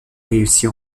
réussir